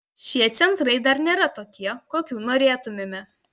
šie centrai dar nėra tokie kokių norėtumėme